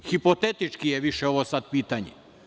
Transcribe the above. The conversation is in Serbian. Hipotetički je više ovo sad pitanje.